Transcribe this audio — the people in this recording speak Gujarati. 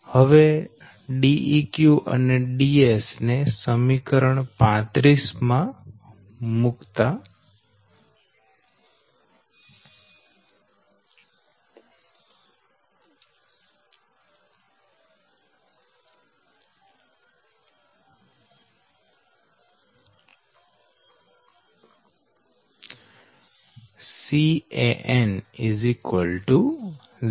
હવે Deq અને Ds ને સમીકરણ 35 માં મુકતા Can 0